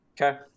Okay